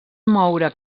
moure